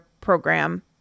program